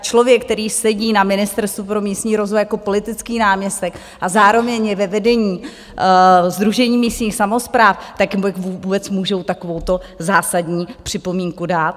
Člověk, který sedí na Ministerstvu pro místní rozvoj jako politický náměstek a zároveň je ve vedení Sdružení místních samospráv, tak jak vůbec může takovouto zásadní připomínku dát?